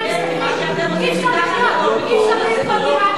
אי-אפשר לקנות דירה,